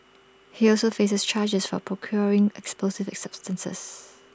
he also faces charges for procuring explosive substances